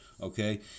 Okay